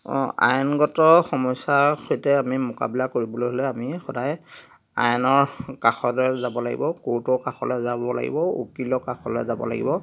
অঁ আইনগত সমস্যাৰ সৈতে আমি মোকাবিলা কৰিবলৈ হ'লে আমি সদায় আইনৰ কাষলৈ যাব লাগিব কোৰ্টৰ কাষলে যাব লাগিব উকিলৰ কাষলৈ যাব লাগিব